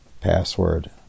password